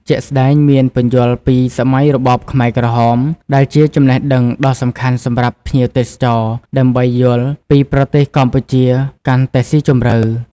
ជាក់ស្តែកមានពន្យល់ពីសម័យរបបខ្មែរក្រហម ដែលជាចំណេះដឹងដ៏សំខាន់សម្រាប់ភ្ញៀវទេសចរដើម្បីយល់ពីប្រទេសកម្ពុជាកាន់តែស៊ីជម្រៅ។